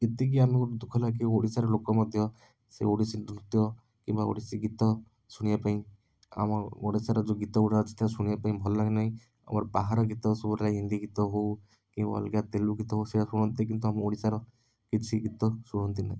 ଏତିକି ଆମକୁ ଦୁଃଖ ଲାଗିବ ଓଡ଼ିଶାର ଲୋକ ମଧ୍ୟ ସେ ଓଡ଼ିଶୀ ନୃତ୍ୟ କିମ୍ବା ଓଡ଼ିଶୀ ଗୀତ ଶୁଣିବାପାଇଁ ଆମ ଓଡ଼ିଶାର ଯେଉଁ ଗୀତଗୁଡ଼ା ଅଛି ତାକୁ ଶୁଣିବାପାଇଁ ଭଲଲାଗେ ନାହିଁ ଆମର ବାହାର ଗୀତ ସବୁରା ହିନ୍ଦୀ ଗୀତ ହେଉ କି ଅଲଗା ତେଲୁଗୁ ଗୀତ ହେଉ ସେ ହୁଅନ୍ତେ କିନ୍ତୁ ଆମ ଓଡ଼ିଶାର କିଛି ଗୀତ ଶୁଣନ୍ତି ନାହିଁ